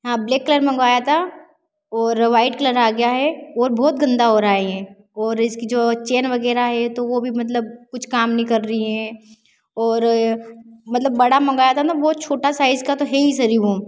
हाँ black colour मंगवाया था और व्हाइट कलर आ गया है और बहुत गंदा हो रहा है ये और इसकी जो चैन वगैरह है तो वो भी मतलब कुछ काम नहीं कर रही है और मतलब बड़ा मंगाया था ना बहोत छोटा साइज़ का तो है ही ज़री वो